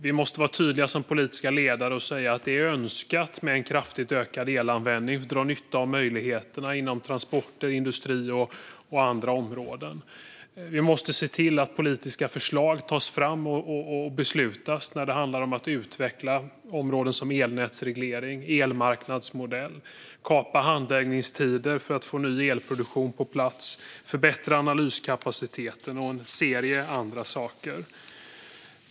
Vi måste vara tydliga som politiska ledare och säga att det är önskvärt med en kraftig ökad elanvändning och att dra nytta av möjligheterna inom transporter, industri och andra områden. Vi måste se till att politiska förslag tas fram och beslutas när det handlar om att utveckla områden som elnätsreglering och elmarknadsmodell, kapa handläggningstider för att få ny elproduktion på plats, förbättra analyskapaciteten och en serie andra saker.